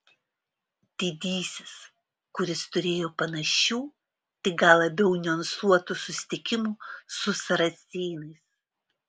didysis kuris turėjo panašių tik gal labiau niuansuotų susitikimų su saracėnais